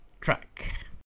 track